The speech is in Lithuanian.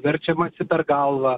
verčiamasi per galvą